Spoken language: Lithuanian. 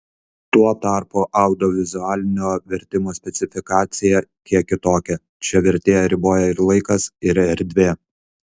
tuo tarpu audiovizualinio vertimo specifika kiek kitokia čia vertėją riboja ir laikas ir erdvė